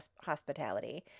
hospitality